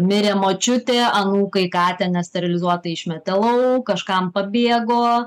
mirė močiutė anūkai katę nesterilizuotą išmetė lauk kažkam pabėgo